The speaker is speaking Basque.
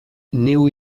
neu